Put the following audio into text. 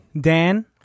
Dan